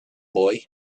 boy